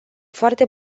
foarte